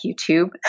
YouTube